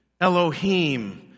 Elohim